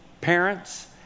parents